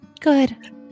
good